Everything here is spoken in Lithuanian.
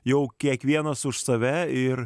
jau kiekvienas už save ir